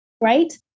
Right